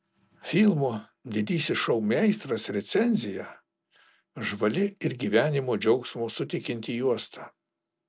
filmo didysis šou meistras recenzija žvali ir gyvenimo džiaugsmo suteikianti juosta